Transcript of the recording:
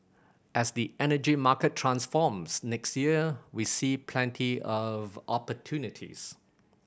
as the energy market transforms next year we see plenty of opportunities